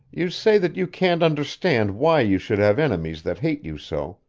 you say that you can't understand why you should have enemies that hate you so,